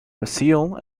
brazil